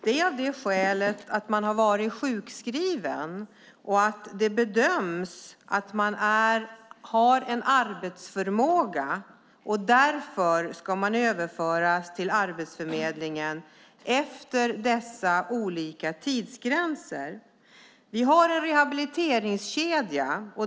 Det är av det skälet att man har varit sjukskriven och att det bedöms att man har en arbetsförmåga och därför ska överföras till Arbetsförmedlingen efter dessa olika tidsgränser. Vi har en rehabiliteringskedja.